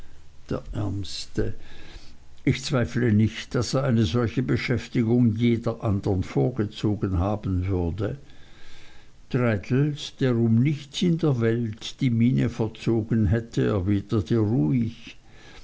der ärmste ich zweifle nicht daß er eine solche beschäftigung jeder andern vorgezogen haben würde traddles der um nichts in der welt die miene verzogen hätte erwiderte ruhig